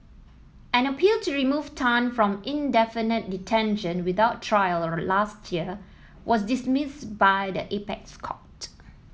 an appeal to remove Tan from indefinite detention without trial last year was dismissed by the apex court